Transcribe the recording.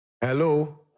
Hello